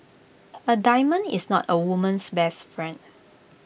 A diamond is not A woman's best friend